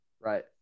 right